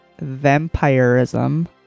vampirism